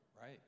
right